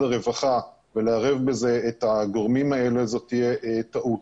הרווחה ולערב בזה את הגורמים האלה זו תהיה טעות.